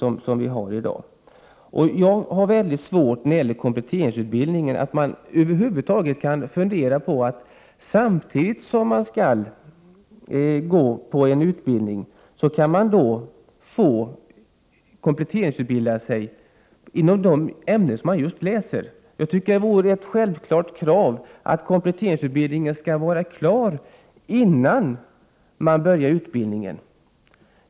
Sedan har jag väldigt svårt att förstå att man över huvud taget kan fundera på att den som går på en utbildning samtidigt kan få kompletteringsutbilda sig i de ämnen som han just läser. Jag tycker att det borde vara ett självklart krav att kompletteringsutbildningen skall vara klar innan lärarutbildningen påbörjas.